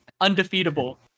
undefeatable